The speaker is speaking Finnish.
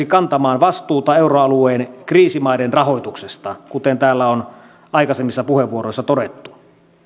kantamaan vastuuta euroalueen kriisimaiden rahoituksesta kuten täällä on aikaisemmissa puheenvuoroissa todettu